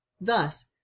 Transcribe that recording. thus